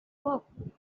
softly